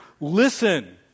Listen